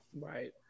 right